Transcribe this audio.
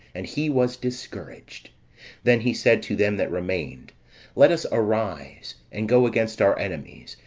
and he was discouraged then he said to them that remained let us arise, and go against our enemies,